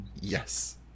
yes